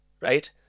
right